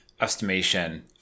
estimation